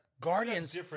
Guardians